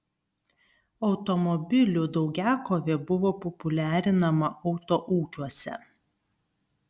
automobilių daugiakovė buvo populiarinama autoūkiuose